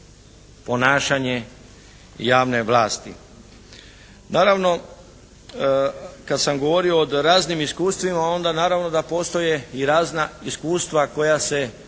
ponašanje javne vlasti. Naravno kad sam govorio o raznim iskustvima, onda naravno da postoje i razna iskustva koja se